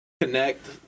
Connect